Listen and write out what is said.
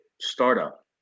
startup